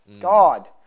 god